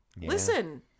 Listen